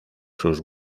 sus